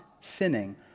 sinning